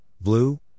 blue